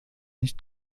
nicht